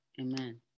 amen